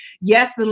yes